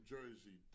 Jersey